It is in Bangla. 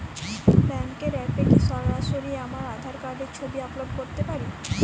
ব্যাংকের অ্যাপ এ কি সরাসরি আমার আঁধার কার্ড র ছবি আপলোড করতে পারি?